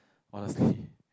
honestly